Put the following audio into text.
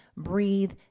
breathe